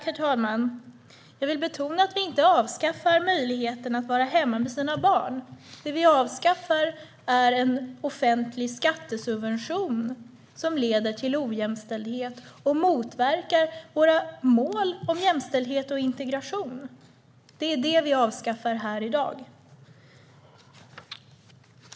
Herr talman! Jag vill betona att vi inte avskaffar möjligheten att vara hemma med sina barn. Det vi avskaffar är en offentlig skattesubvention som leder till ojämställdhet och som motverkar våra mål om jämställdhet och integration. Det är det vi avskaffar här i dag.